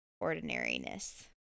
ordinariness